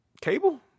cable